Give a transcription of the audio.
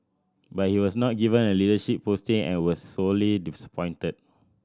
but he was not given a leadership posting and was sorely disappointed